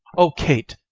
o kate!